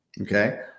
Okay